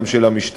גם של המשטרה,